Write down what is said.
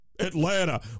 Atlanta